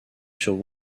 sur